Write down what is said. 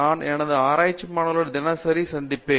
நான் எனது ஆராய்ச்சி மாணவர்களை தினசரி சந்திப்பேன்